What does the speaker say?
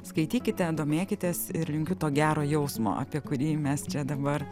skaitykite domėkitės ir linkiu to gero jausmo apie kurį mes čia dabar